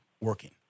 working